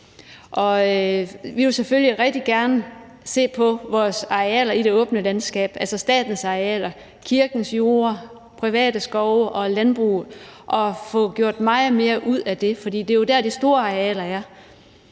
Vi vil selvfølgelig rigtig gerne se på vores arealer i det åbne landskab, altså statens arealer, kirkens jorder, private skove og landbruget, for at få gjort meget mere ud af det, for det er jo der, hvor de store arealer er.